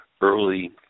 early